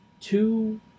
two